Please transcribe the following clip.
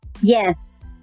Yes